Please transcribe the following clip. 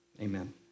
Amen